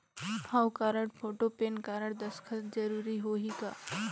हव card, photo, PAN card, दस्खत जरूरी होही का?